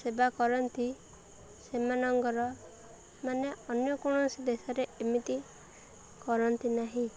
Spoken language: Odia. ସେବା କରନ୍ତି ସେମାନଙ୍କର ମାନେ ଅନ୍ୟ କୌଣସି ଦେଶରେ ଏମିତି କରନ୍ତି ନାହିଁ